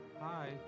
Hi